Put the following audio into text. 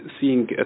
seeing